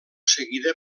seguida